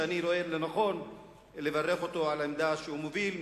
ואני רואה לנכון לברך אותו על העמדה שהוא מוביל,